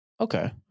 Okay